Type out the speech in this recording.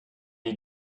you